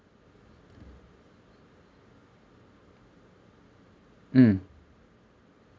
mm